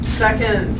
second